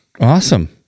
awesome